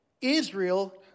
Israel